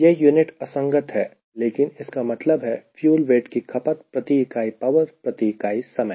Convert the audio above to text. यह यूनिट असंगत है लेकिन इसका मतलब है फ्यूल वेट की खपत प्रति इकाई पावर प्रति इकाई समय